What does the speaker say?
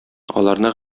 аларны